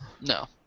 No